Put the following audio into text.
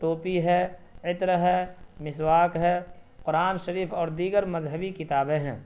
ٹوپی ہے عطر ہے مسواک ہے قرآن شریف اور دیگر مذہبی کتابیں ہیں